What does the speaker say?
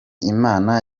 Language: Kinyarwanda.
imana